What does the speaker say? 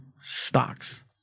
stocks